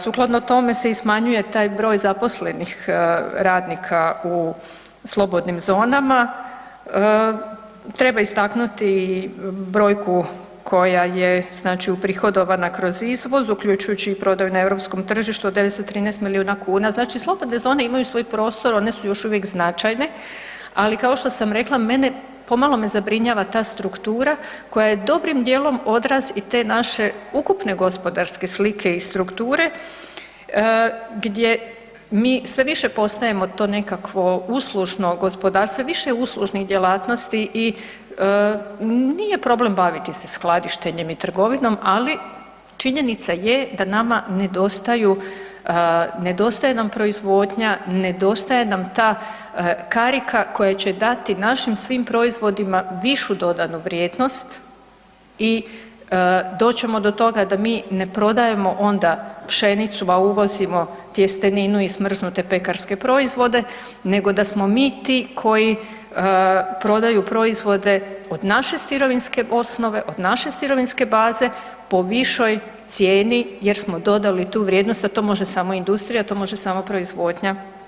Sukladno tome se i smanjuje taj broj zaposlenih radnika u slobodnim zonama, treba istaknuti brojku koja je znači uprihodavana kroz izvoz, uključujući i prodaju na europskom tržištu od 913 milijuna kuna, znači slobodne zone imaju svoj prostor, one su još uvijek značajne ali kao što sam rekla, mene pomalo zabrinjava ta struktura koja je dobrim djelom odraz i te naše ukupne gospodarske slike i strukture gdje mi sve više postajemo to nekakve uslužno gospodarstvo, više je uslužnih djelatnosti i nije problem baviti se skladištenjem i trgovinom, ali činjenica je da nama nedostaje nam proizvodnja, nedostaje nam ta karika koja će dati našim svim proizvodima višu dodanu vrijednosti i doći ćemo do toga da mi ne prodajemo onda pšenicu, a uvozimo tjesteninu i smrznute pekarske proizvode, nego da smo mi ti koji prodaju proizvode od naše sirovinske osnove, od naše sirovinske baze po višoj cijeni jer smo dodali tu vrijednost, a to može samo industrija, to može samo proizvodnja.